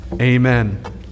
Amen